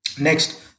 Next